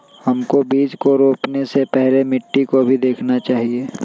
हमको बीज को रोपने से पहले मिट्टी को भी देखना चाहिए?